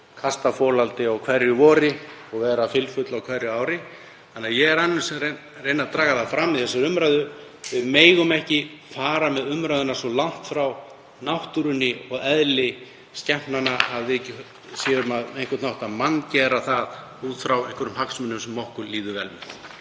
kasta folaldi á hverju vori og vera fylfull á hverju ári. Ég er aðeins að reyna að draga það fram að við megum ekki fara með umræðuna svo langt frá náttúrunni og eðli skepnanna að við séum á einhvern hátt að manngera það út frá einhverjum hagsmunum sem okkur líður vel með.